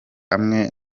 hamwe